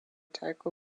tycho